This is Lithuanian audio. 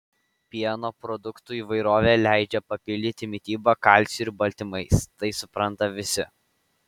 pieno produktų įvairovė leidžia papildyti mitybą kalciu ir baltymais tai supranta visi